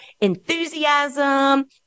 enthusiasm